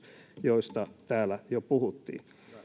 joista täällä jo puhuttiin